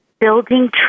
building